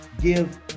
give